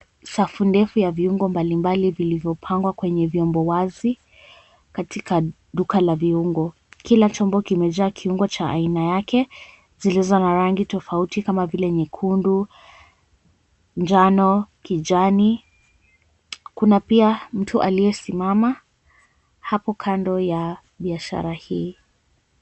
Safu ndefu ya viungo mbalimbali vilvopangwa Kwenye vyombo wazi katika duka la viungo. Kila chombo kimejaa kiungo cha aina yake zilizo na rangi tofauti kama vile nyekundu, njano, kijani kuna pia mtu aliyesimama hapo kando ya biashara hii.